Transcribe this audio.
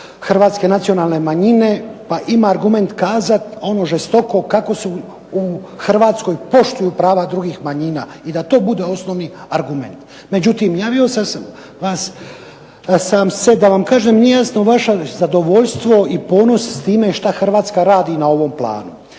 Hrvatske nacionalne manjine pa ima argument kazati ono žestoko kako su u Hrvatskoj poštuju prava drugih manjina i da to bude osnovni argument. Javio sam se da vam kažem da mi nije jasno vaša zadovoljstvo i ponos s time što Hrvatska radi na ovom planu.